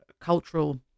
cultural